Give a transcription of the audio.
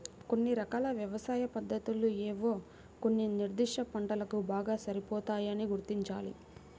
కొన్ని రకాల వ్యవసాయ పద్ధతులు ఏవో కొన్ని నిర్దిష్ట పంటలకు బాగా సరిపోతాయని గుర్తించాలి